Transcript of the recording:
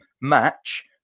match